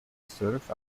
surf